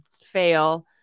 fail